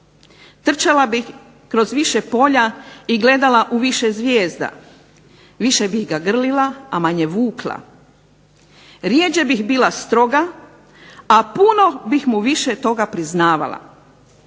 Trčala bih kroz više polja i gledala u više zvijezda. Više bih ga grlila a manje vukla. Rjeđe bih bila spora a puno bih mu više toga priznavala.